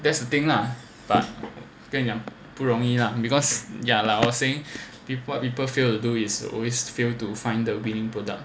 that's the thing lah but 跟你讲不容易 lah because ya lah I was saying what people fail to do is always fail to find the winning product